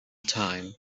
time